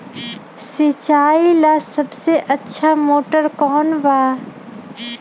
सिंचाई ला सबसे अच्छा मोटर कौन बा?